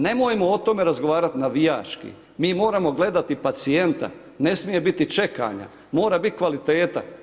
Nemojmo o tome razgovarati navijački, mi moramo gledati pacijenta, ne smije biti čekanja, mora biti kvaliteta.